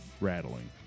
rattling